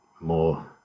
more